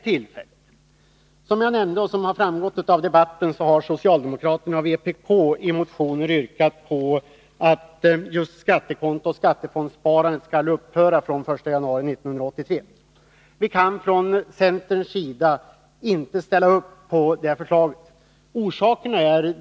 Som jag nämnde och som framgått av debatten, har socialdemokraterna och vpk i motioner yrkat på att skattesparkonto och skattefondssparande skall upphöra den 1 januari 1983. Vi kan från centerns sida inte ställa upp på det förslaget.